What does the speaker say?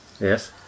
Yes